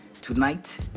tonight